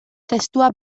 testua